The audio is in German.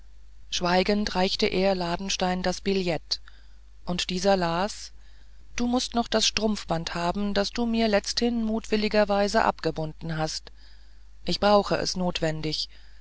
schweigend reichte er ladenstein das billett und dieser las du mußt noch das strumpfband haben das du mir letzthin mutwilligerweise abgebunden hast ich brauche es notwendig